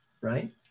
right